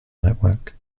network